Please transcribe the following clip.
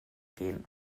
gehen